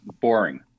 boring